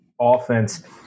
offense